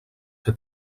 que